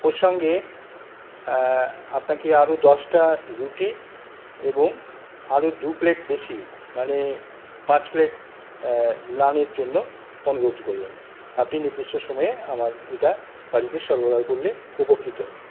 ওর সঙ্গে আপনাকে আরও দশটা রুটি এবং আরও দুপ্লেট বেশি মানে পাঁচ প্লেট নানের জন্য অনুরোধ করলাম আপনি নির্দিষ্ট সময়ে আমার ওটা বাড়িতে সরবরাহ করলে উপকৃত হই